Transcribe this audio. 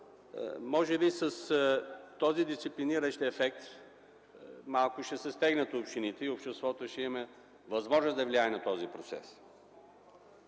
Може би с този дисциплиниращ ефект общините ще се стегнат малко и обществото ще има възможност да влияе на този процес.